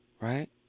right